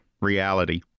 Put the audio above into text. reality